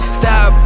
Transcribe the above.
stop